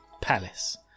palace